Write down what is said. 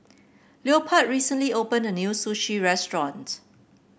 Leopold recently opened a new Sushi Restaurant